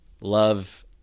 love